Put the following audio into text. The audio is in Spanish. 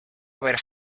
haber